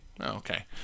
Okay